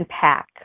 pack